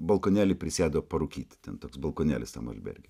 balkonėly prisėdo parūkyti ten toks balkonėlis tam alberge